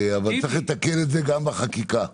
אבל צריך לתקן את זה גם בחקיקה --- וטיבי.